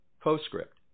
Postscript